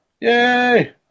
yay